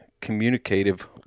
communicative